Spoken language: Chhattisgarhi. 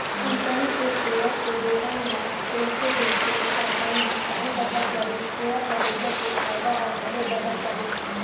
कंपनी के सेयर के लेवई म जइसे जइसे ओ कंपनी ह आघू बड़हत जाही सेयर लगइया के फायदा ह घलो बड़हत जाही